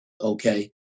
Okay